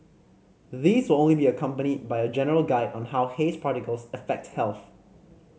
these will only be accompanied by a general guide on how haze particles affect health